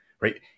right